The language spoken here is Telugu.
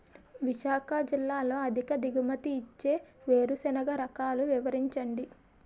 విశాఖ జిల్లాలో అధిక దిగుమతి ఇచ్చే వేరుసెనగ రకాలు వివరించండి?